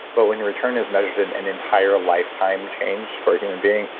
but when your return is measured in an entire lifetime change for human beings,